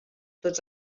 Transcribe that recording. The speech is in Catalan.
tots